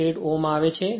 8 Ω આવે છે